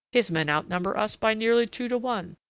his men outnumber us by nearly two to one.